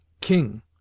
King